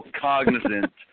cognizant